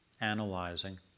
analyzing